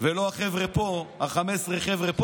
ולא החבר'ה פה, 15 החבר'ה פה,